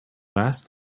last